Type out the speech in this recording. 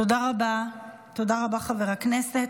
תודה רבה, חבר הכנסת.